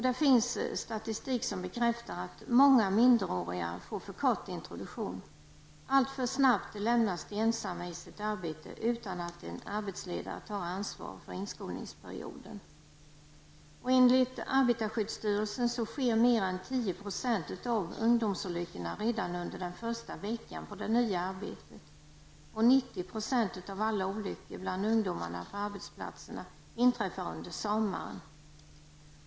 Det finns statistik som bekräftar att många minderåriga får för kort introduktion. Alltför snabbt lämnas de ensamma i sitt arbete utan att en arbetsledare tar ansvar för inskolningsperioden. Enligt arbetarskyddsstyrelsen sker mer än 10 % av ungdomsolyckorna redan under den första veckan på det nya arbetet. 90 % av alla olyckor bland ungdomar på arbetsplatserna inträffar under sommaren.